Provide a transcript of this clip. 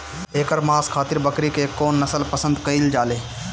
एकर मांस खातिर बकरी के कौन नस्ल पसंद कईल जाले?